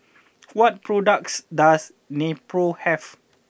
what products does Nepro have